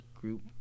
group